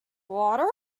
water